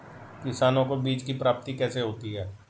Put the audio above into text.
किसानों को बीज की प्राप्ति कैसे होती है?